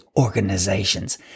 organizations